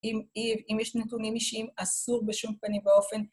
אם אם יש נתונים אישיים, אסור בשום פנים באופן